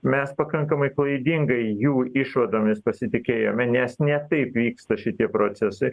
mes pakankamai klaidingai jų išvadomis pasitikėjome nes ne taip vyksta šitie procesai